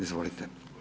Izvolite.